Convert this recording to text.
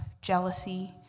jealousy